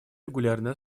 регулярной